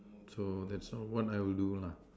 so that's what I will do lah